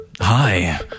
Hi